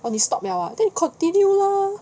oh 你 stop liao lah then 你 continue lor